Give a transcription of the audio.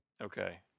Okay